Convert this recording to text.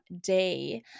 day